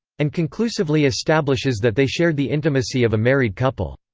and conclusively establishes that they shared the intimacy of a married couple.